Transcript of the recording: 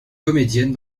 comédienne